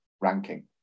ranking